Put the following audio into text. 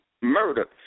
murder